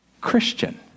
Christian